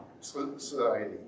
society